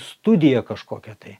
studiją kažkokią tai